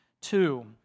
two